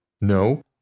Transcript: No